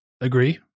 Agree